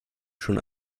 schon